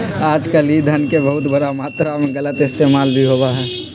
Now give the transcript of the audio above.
आजकल ई धन के बहुत बड़ा मात्रा में गलत इस्तेमाल भी होबा हई